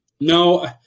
no